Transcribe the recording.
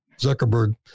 Zuckerberg